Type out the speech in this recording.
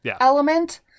element